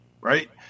right